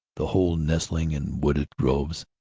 the whole nestling in wooded groves.